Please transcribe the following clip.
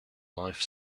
life